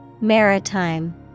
maritime